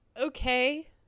Okay